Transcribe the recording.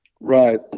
right